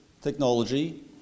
technology